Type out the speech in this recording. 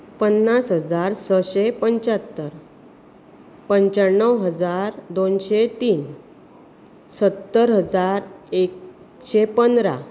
पन्नास हजार सशें पंचात्तर पंच्याणव हजार दोनशें तीन सत्तर हजार एकशें पंदरा